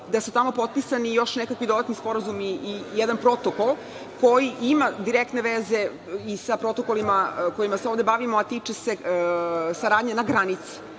da su tamo potpisani još nekakvi dodatni sporazumi i jedan protokol koji ima direktne veze i sa protokolima kojima se ovde bavimo a tiče se saradnje na granici,